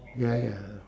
ya ya